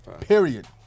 period